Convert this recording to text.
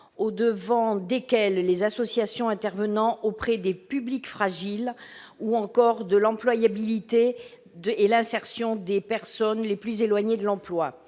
parmi lesquelles les associations, intervenant auprès de publics fragiles ou encore sur l'employabilité et l'insertion des personnes les plus éloignées de l'emploi.